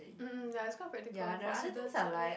mm mm ya it's quite practical for students ah